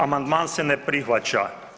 Amandman se ne prihvaća.